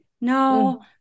No